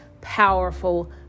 powerful